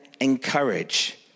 encourage